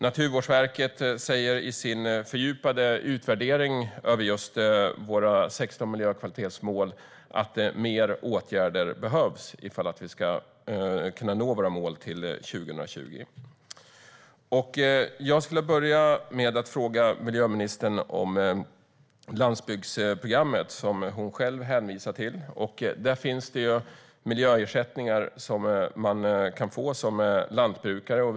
Naturvårdsverket säger i sin fördjupade utvärdering av våra 16 miljökvalitetsmål att fler åtgärder behövs om vi ska kunna nå våra mål till 2020. Jag skulle vilja börja med att fråga miljöministern om landsbygdsprogrammet, som hon själv hänvisar till. Där finns det miljöersättningar som lantbrukare kan få.